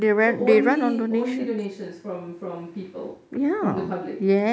so only only donations from from people from the public